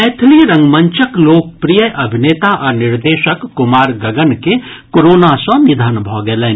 मैथिली रंगमंचक लोकप्रिय अभिनेता आ निर्देशक कुमार गगन के कोरोना सँ निधन भऽ गेलनि